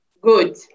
good